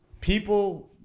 people